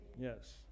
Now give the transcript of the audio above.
Yes